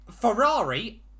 Ferrari